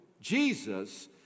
Jesus